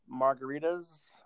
Margaritas